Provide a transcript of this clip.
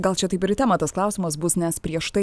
gal čia taip ir temą tas klausimas bus nes prieš tai